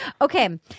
Okay